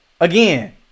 again